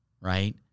right